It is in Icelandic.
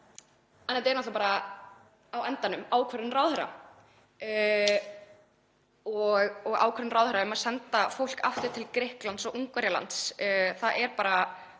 en þetta er náttúrlega á endanum ákvörðun ráðherra. Og ákvörðun ráðherra um að senda fólk aftur til Grikklands og Ungverjalands, það er í hans